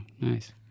nice